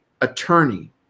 attorney